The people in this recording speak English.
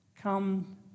Come